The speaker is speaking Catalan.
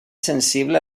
sensible